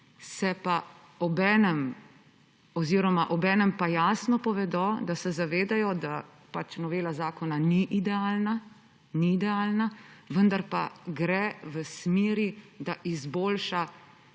novelo zakona, obenem pa jasno povedo, da se zavedajo, da pač novela zakona ni idealna – ni idealna. Vendar pa gre v smeri, da izboljša